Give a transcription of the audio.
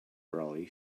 brolly